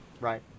right